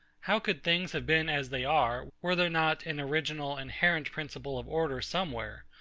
how could things have been as they are, were there not an original inherent principle of order somewhere,